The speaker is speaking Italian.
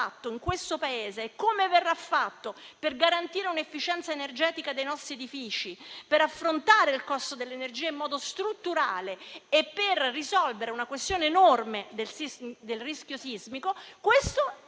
in questo Paese e come verrà fatto per garantire l'efficienza energetica dei nostri edifici, per affrontare il costo dell'energia in modo strutturale e per risolvere una questione enorme del rischio sismico e